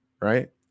right